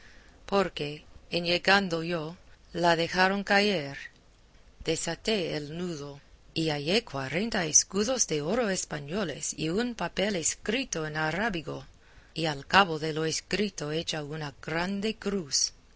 porque en llegando yo la dejaron caer desaté el nudo y hallé cuarenta escudos de oro españoles y un papel escrito en arábigo y al cabo de lo escrito hecha una grande cruz